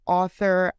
author